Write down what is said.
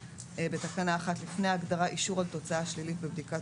החדש...בתקנה 1 (1) לפני ההגדרה "אישור על תוצאה שלילית בבדיקת